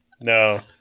No